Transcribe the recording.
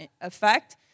effect